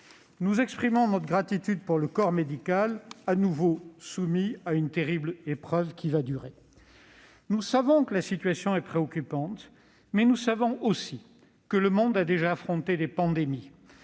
Nous exprimons notre gratitude au corps médical, à nouveau soumis à une terrible épreuve qui va durer. Nous savons que la situation est préoccupante, mais nous savons aussi que le monde a déjà affronté des pandémies,